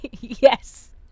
Yes